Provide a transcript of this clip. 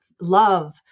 love